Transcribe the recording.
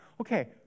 Okay